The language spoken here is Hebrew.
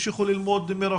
אנשים שלא עובדים היום,